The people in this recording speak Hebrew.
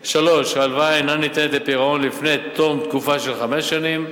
3. ההלוואה אינה ניתנת לפירעון לפני תום תקופה של חמש שנים,